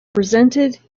presented